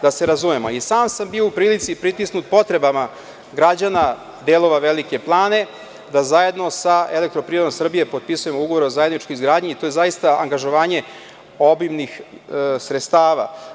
Da se razumemo, i sam sam bio u prilici, pritisnut potrebama građana delova Velike Plane da zajedno sa EPS potpisujem ugovor o zajedničkoj izgradnji i to je zaista angažovanje obimnih sredstava.